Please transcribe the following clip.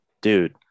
dude